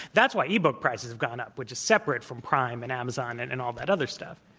that's why e book prices have gone up, which is separate from prime and amazon and and all that other stuff.